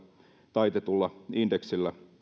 taitetulla indeksillä